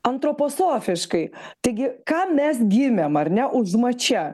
antroposofiškai taigi kam mes gimėm ar ne užmačia